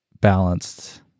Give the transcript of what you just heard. balanced